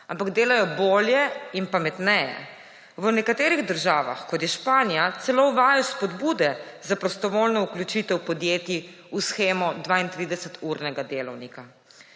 ampak delajo bolje in pametneje. V nekaterih državah, kot je Španija, celo uvajajo spodbude za prostovoljno vključitev podjetij v shemo 32-urnega delavnika.